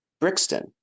Brixton